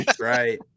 right